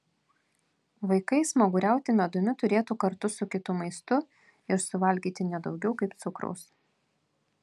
vaikai smaguriauti medumi turėtų kartu su kitu maistu ir suvalgyti ne daugiau kaip cukraus